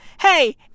hey